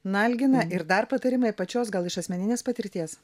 na algina ir dar patarimai pačios gal iš asmeninės patirties